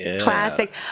Classic